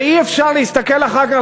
ואי-אפשר להסתכל אחר כך,